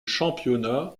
championnat